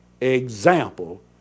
example